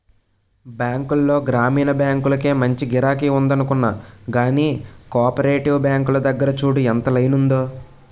బాంకుల్లో గ్రామీణ బాంకులకే మంచి గిరాకి ఉందనుకున్నా గానీ, కోపరేటివ్ బాంకుల దగ్గర చూడు ఎంత లైనుందో?